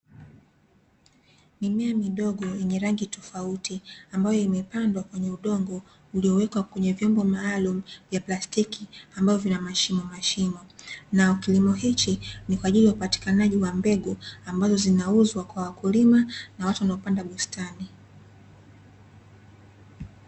Mimea midogo yenye rangi tofauti ambayo imepandwa kwenye udongo uliowekwa kwenye vyombo maalum vya plastiki ambavyo vina mashimo mashimo, na kilimo hichi ni kwa ajili ya upatikanaji wa mbegu ambazo zinauzwa kwa wakulima na watu wanaopanda bustani.